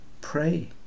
pray